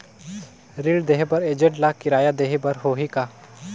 ऋण देहे बर एजेंट ला किराया देही बर होही का?